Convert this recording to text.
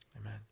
Amen